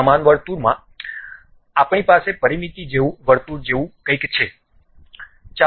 સમાન વર્તુળમાં આપણી પાસે પરિમિતિ વર્તુળ જેવું કંઈક છે